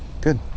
Good